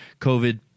COVID